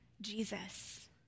Jesus